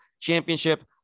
Championship